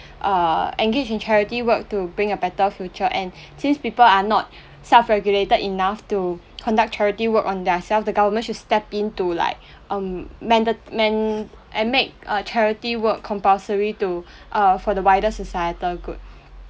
uh engage in charity work to bring a better future and since people are not self-regulated enough to conduct charity work on their self the government should step in to like um manda~ man~ and make uh charity work compulsory to uh for the wider societal good